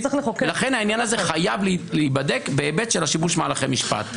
ולכן העניין הזה חייב להיבדק בהיבט של שיבוש מהלכי משפט.